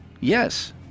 Yes